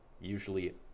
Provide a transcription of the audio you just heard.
usually